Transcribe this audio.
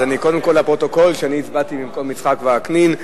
אז קודם, לפרוטוקול: אני הצבעתי במקום יצחק וקנין.